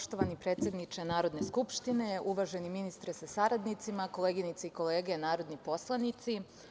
Poštovani predsedniče Narodne skupštine, uvaženi ministre sa saradnicima, koleginice i kolege narodni poslanici.